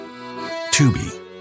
Tubi